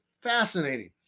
fascinating